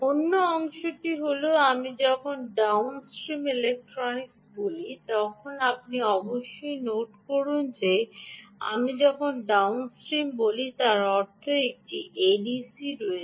অন্য অংশটি হল আমি যখন ডাউন স্ট্রিম ইলেক্ট্রনিক্স বলি তখন আপনি অবশ্যই নোট করুন যে আমি যখন ডাউনস্ট্রিম বলি তার অর্থ একটি এডিসি রয়েছে